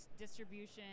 distribution